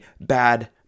bad